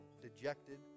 dejected